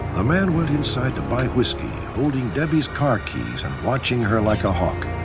man went inside to buy whisky, holding debbie's car keys and watching her like a hawk.